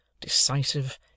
decisive